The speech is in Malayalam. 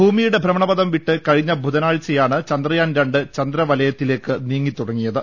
ഭൂമിയുടെ ഭ്രമണപഥം വിട്ട് കഴിഞ്ഞ ബുധനാഴ്ചയാണ് ചന്ദ്രയാൻ രണ്ട് ചന്ദ്രവലയത്തിലേക്ക് നീങ്ങിത്തുടങ്ങിയത്